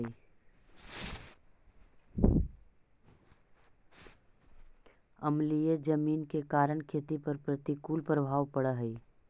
अम्लीय जमीन के कारण खेती पर प्रतिकूल प्रभाव पड़ऽ हइ